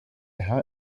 herr